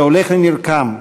שהולך ונרקם,